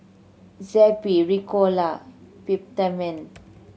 Zappy Ricola Peptamen